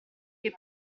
che